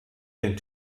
den